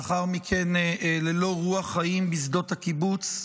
ולאחר מכן ללא רוח חיים, בשדות הקיבוץ.